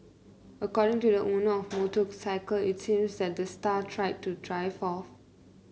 according to the owner of the motorcycle it seemed that the star tried to drive off